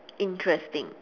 interesting